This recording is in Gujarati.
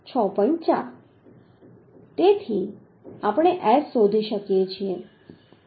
4 તેથી આપણે S શોધી શકીએ છીએ